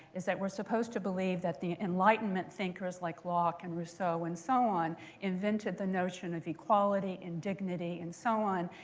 is that we're supposed to believe that the enlightenment thinkers like locke and rousseau and so on invented the notion of equality and dignity and so on.